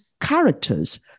characters